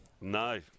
No